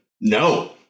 No